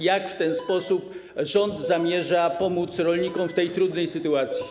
Jak w ten sposób rząd zamierza pomóc rolnikom w tej trudnej sytuacji?